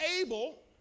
able